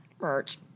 Merch